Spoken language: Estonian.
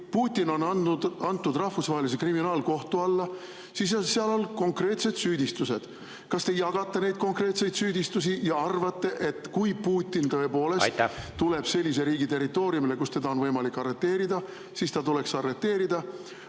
Kui Putin on antud Rahvusvahelise Kriminaalkohtu alla, siis on seal olnud konkreetsed süüdistused. Kas te jagate neid konkreetseid süüdistusi ja arvate, et kui Putin tõepoolest tuleb … Aitäh! … sellise riigi territooriumile, kus teda on võimalik arreteerida, siis ta tuleks arreteerida?